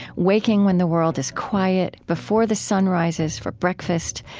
waking when the world is quiet, before the sun rises, for breakfast.